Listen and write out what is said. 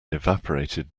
evaporated